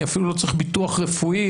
אני אפילו לא צריך ביטוח רפואי,